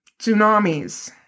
Tsunamis